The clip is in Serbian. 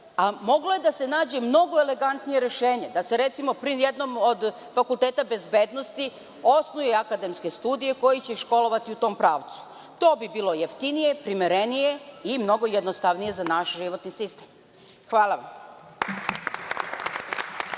moglo je da se nađe mnogo elegantnije rešenje, da se, recimo, pri jednom od fakulteta bezbednosti osnuju akademske studije koje će ih školovati u tom pravcu. To bi bilo jeftinije, primerenije i mnogo jednostavnije za naš životni sistem. Hvala vam.